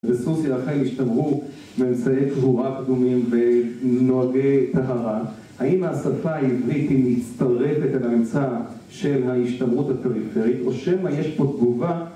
בסוסיא החיים השתמרו באמצעי קבורה קדומים, בנוהגי טהרה. האם השפה העברית היא מצטרפת את הממצא של ההשתמרות הפריפרית? או שמא יש פה תגובה